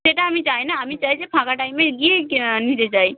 সেটা আমি চাই না আমি চাই যে ফাঁকা টাইমে গিয়ে নিতে চাই